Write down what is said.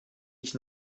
ich